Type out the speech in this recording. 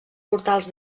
portals